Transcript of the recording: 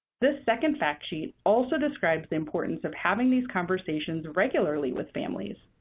this second fact sheet also describes the importance of having these conversations regularly with families.